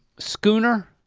schooner,